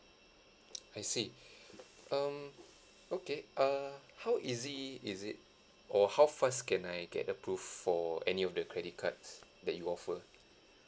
I see um okay uh how easy is it or how fast can I get approved for any of the credit cards that you offer